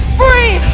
free